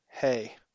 Hey